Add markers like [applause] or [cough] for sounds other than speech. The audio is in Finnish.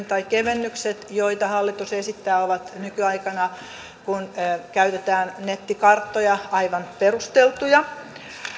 [unintelligible] tai kevennykset luonnonsuojelualueiden maastomerkintöihin joita hallitus esittää ovat nykyaikana kun käytetään nettikarttoja aivan perusteltuja